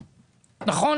נכון?